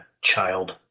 child